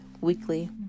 weekly